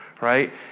right